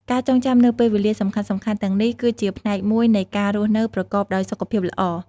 ការចងចាំនូវពេលវេលាសំខាន់ៗទាំងនេះ គឺជាផ្នែកមួយនៃការរស់នៅប្រកបដោយសុខភាពល្អ។